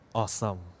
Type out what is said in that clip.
awesome